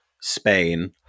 Spain